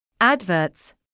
Adverts